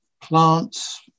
Plants